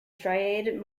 striated